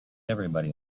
everybody